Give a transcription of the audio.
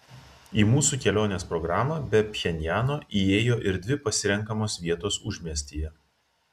į mūsų kelionės programą be pchenjano įėjo ir dvi pasirenkamos vietos užmiestyje